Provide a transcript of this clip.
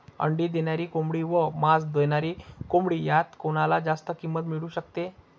अंडी देणारी कोंबडी व मांस देणारी कोंबडी यात कोणाला जास्त किंमत मिळू शकते?